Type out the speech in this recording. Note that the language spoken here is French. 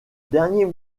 dernier